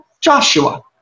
Joshua